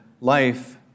life